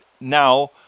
now